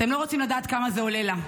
אתם לא רוצים לדעת כמה זה עולה לה.